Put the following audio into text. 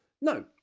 No